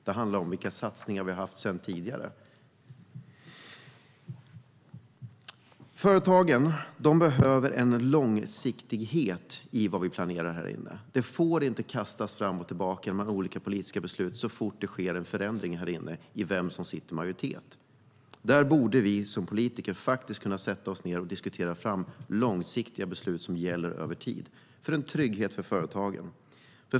Det handlar om vilka satsningar vi har haft tidigare. Företagen behöver en långsiktighet i det vi planerar här inne. Det får inte kastas fram och tillbaka genom olika politiska beslut så fort det sker en förändring av vem som sitter i majoritet här inne. Vi som politiker borde faktiskt kunna sätta oss ned och diskutera fram långsiktiga beslut som gäller över tid, för att skapa trygghet för företagen.